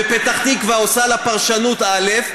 בפתח תקווה עושה לה פרשנות א',